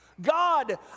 God